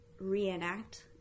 reenact